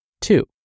Two